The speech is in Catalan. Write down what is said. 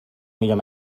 millor